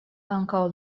ankaŭ